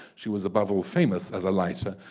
she was above all famous as a lighter,